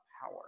power